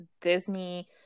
Disney